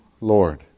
Lord